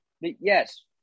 Yes